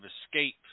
Escape